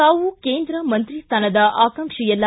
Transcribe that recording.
ತಾವು ಕೇಂದ್ರ ಮಂತ್ರಿ ಸ್ಥಾನದ ಆಕಾಂಕ್ಷಿಯಲ್ಲ